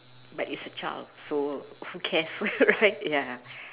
but it's a child so who cares right ya